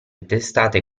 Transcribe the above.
testate